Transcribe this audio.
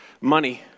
money